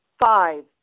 five